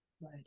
right